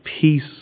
peace